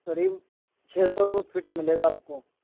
قریب چھ سو روپے فٹ ملے گا آپ کو